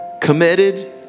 committed